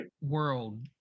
world